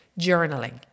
journaling